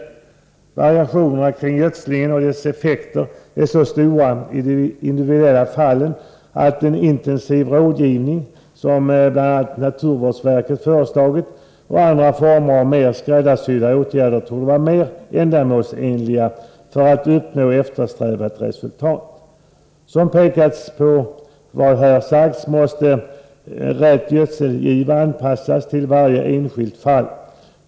Variationerna kring gödslingen och dess effekter är så stora i de individuella fallen att intensiv rådgivning och andra former av mer skräddarsydda åtgärder torde vara mer ändamålsenliga för att uppnå eftersträvat resultat. Som pekats på ovan måste rätt gödselgiva anpassas till varje enskilt fall.